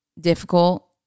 difficult